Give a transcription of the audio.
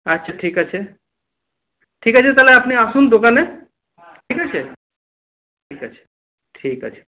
আচ্ছা ঠিক আছে ঠিক আছে তাহলে আপনি আসুন দোকানে ঠিক আছে ঠিক আছে ঠিক আছে